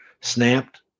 Snapped